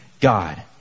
God